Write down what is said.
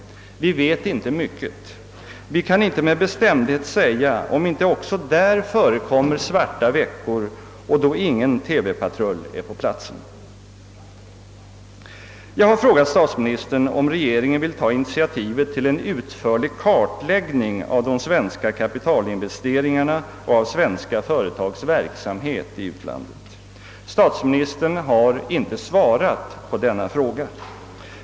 Vi vet inte mycket. Vi kan inte med bestämdhet säga, om inte också där förekommer »Svarta veckor» då ingen TV-patrull är på platsen. Jag har frågat statsministern, om regeringen vill ta initiativet till en utförlig kartläggning av de svenska kapitalinvesteringarna och av svenska företags verksamhet i utlandet. Statsministern har inte svarat på denna fråga.